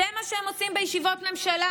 זה מה שהם עושים בישיבות ממשלה?